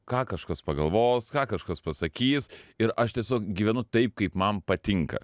ką kažkas pagalvos ką kažkas pasakys ir aš tiesiog gyvenu taip kaip man patinka